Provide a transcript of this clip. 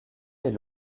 est